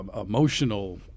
emotional